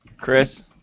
Chris